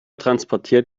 transportiert